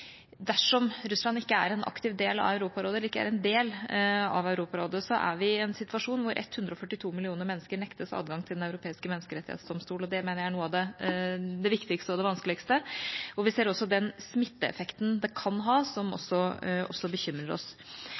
dersom Russland ikke er en del av Europarådet, er vi i en situasjon der 142 millioner mennesker nektes adgang til Den europeiske menneskerettighetsdomstolen. Det er noe av det viktigste og vanskeligste. Vi ser også den smitteeffekten det kan ha, som også bekymrer oss.